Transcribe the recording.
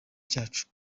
cyacu